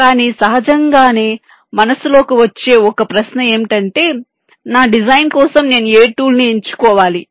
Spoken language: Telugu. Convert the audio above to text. కాబట్టి సహజంగానే మనస్సులోకి వచ్చే ఒక ప్రశ్నఏంటంటే "నా డిజైన్ కోసం నేను ఏ టూల్ ని ఎంచుకోవాలి